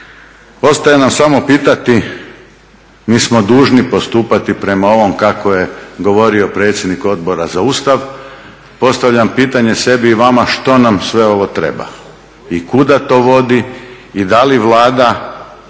Ostaje nam samo pitati, mi smo dužni postupati prema ovom kako je govorio predsjednik Odbora za Ustav, postavljam pitanje sebi i vama što nam sve ovo treba i kuda to vodi i da li Vlada